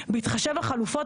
בהתחשב בחלופות,